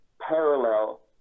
parallel